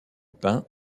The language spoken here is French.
pain